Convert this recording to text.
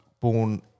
born